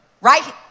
right